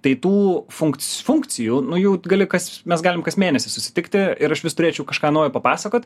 tai tų funkc funkcijų nuo jų gali kas mes galim kas mėnesį susitikti ir aš vis turėčiau kažką naujo papasakot